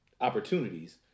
opportunities